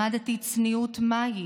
למדתי צניעות מהי,